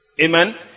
Amen